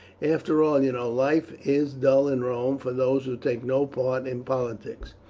after all, you know, life is dull in rome for those who take no part in politics,